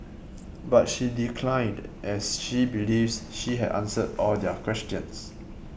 but she declined as she believes she had answered all their questions